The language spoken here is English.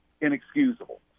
inexcusable